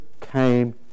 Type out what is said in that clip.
came